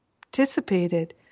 participated